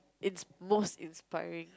it's most inspiring